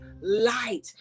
light